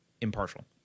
impartial